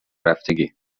رفتگی